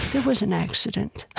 there was an accident.